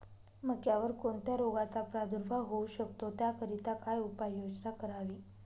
मक्यावर कोणत्या रोगाचा प्रादुर्भाव होऊ शकतो? त्याकरिता काय उपाययोजना करावी?